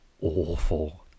awful